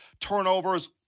turnovers